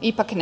ipak